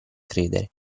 credere